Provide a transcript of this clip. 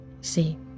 See